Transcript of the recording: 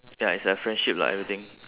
ya it's like a friendship lah everything